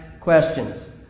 questions